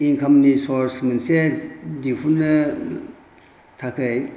इनकामनि सर्स मोनसे दिहुननो थाखाय